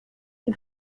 die